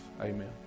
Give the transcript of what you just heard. Amen